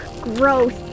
gross